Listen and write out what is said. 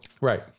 right